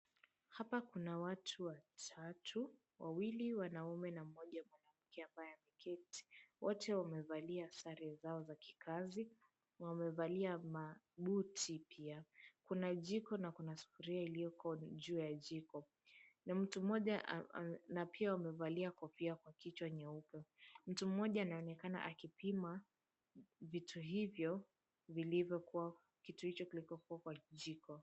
Hapa kuna watu watatu, wawili wanaume na mmoja mwanamke ambaye ameketi. Wote wamevalia sare zao za kikazi, wamevalia mabuti pia. Kuna jiko na kuna sufuria iliyoko ni juu ya jiko na pia umevalia kofia kwa kichwa nyeupe. Mtu mmoja anaonekana akipima vitu hivyo vilivyokuwa, kitu hicho, kilichokuwa kwa jiko.